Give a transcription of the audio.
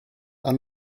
ond